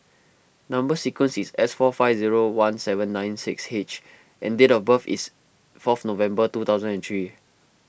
Number Sequence is S four five zero one seven nine six H and date of birth is fourth November two thousand and three